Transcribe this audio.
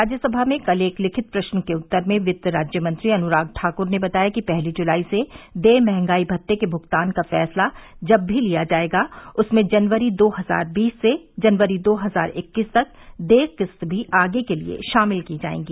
राज्यसभा में कल एक लिखित प्रश्न के उत्तर में वित्त राज्यमंत्री अनुराग ठाक्र ने बताया कि पहली जुलाई से देय महंगाई भत्ते के भुगतान का फैसला जब भी लिया जाएगा उसमें जनवरी दो हजार बीस से जनवरी दो हजार इक्कीस तक देय किस्त भी आगे के लिए शामिल की जायेंगी